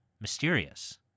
mysterious